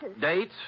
Date